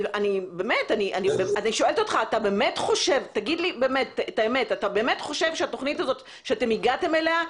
אתה באמת חושב שהתוכנית הזאת שאתם הגעתם אליה,